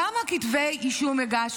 כמה כתבי אישום הגשת?